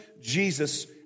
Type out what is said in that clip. Jesus